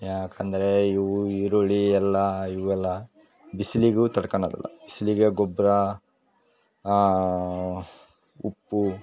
ಯಾಕಂದರೆ ಇವು ಈರುಳ್ಳಿ ಎಲ್ಲ ಇವೆಲ್ಲ ಬಿಸಿಲಿಗು ತಡ್ಕಳೋದಿಲ್ಲ ಬಿಸಿಲಿಗೆ ಗೊಬ್ಬರ ಉಪ್ಪು